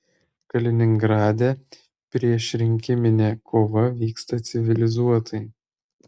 kaliningrade priešrinkiminė kova vyksta civilizuotai